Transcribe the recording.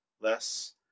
less